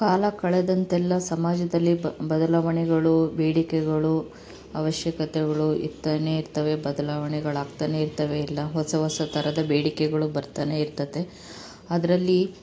ಕಾಲ ಕಳೆದಂತೆಲ್ಲ ಸಮಾಜದಲ್ಲಿ ಬದಲಾವಣೆಗಳು ಬೇಡಿಕೆಗಳು ಅವಶ್ಯಕತೆಗಳು ಇರ್ತನೇ ಇರ್ತವೆ ಬದಲಾವಣೆಗಳು ಆಗ್ತನೇ ಇರ್ತವೆ ಎಲ್ಲ ಹೊಸ ಹೊಸ ಥರದ ಬೇಡಿಕೆಗಳು ಬರ್ತನೇ ಇರ್ತದೆ ಅದರಲ್ಲಿ